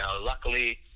luckily